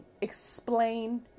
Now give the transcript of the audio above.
explain